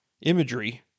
imagery